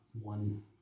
one